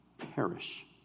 perish